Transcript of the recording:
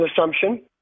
assumption